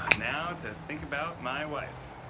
now to think about my wife.